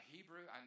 Hebrew